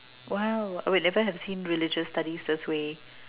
!wow! I would never have seen religious studies this way